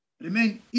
remain